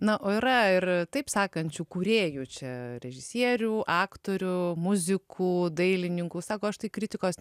na o yra ir taip sakančių kūrėjų čia režisierių aktorių muzikų dailininkų sako aš tai kritikos